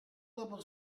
dopo